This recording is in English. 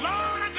Lord